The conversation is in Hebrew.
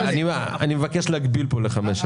אני מבקש להגביל כאן לחמש שנים.